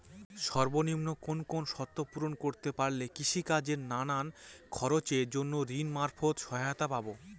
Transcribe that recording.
সর্বনিম্ন কোন কোন শর্ত পূরণ করতে পারলে কৃষিকাজের নানান খরচের জন্য ঋণ মারফত সহায়তা পাব?